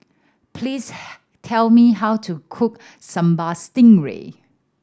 please tell me how to cook Sambal Stingray